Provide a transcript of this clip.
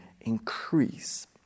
increase